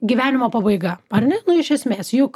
gyvenimo pabaiga ar ne nu iš esmės juk